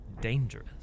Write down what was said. dangerous